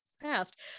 past